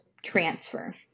transfer